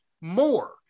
more